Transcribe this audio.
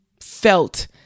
felt